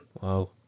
Wow